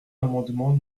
l’amendement